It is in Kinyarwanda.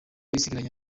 isigaranye